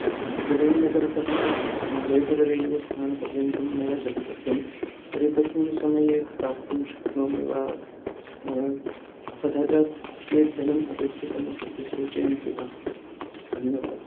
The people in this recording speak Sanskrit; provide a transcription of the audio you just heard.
त्रिवेणीनगरतः जयपुररेलवेस्थानपर्यन्तं मया गन्तव्यं तर्हि तस्मिन् समये प्राप्तुं शक्नोमि वा तथा च कियद् धनम् अपेक्षितम् इति सूचयन्ति वा धन्यवादः